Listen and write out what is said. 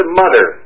mother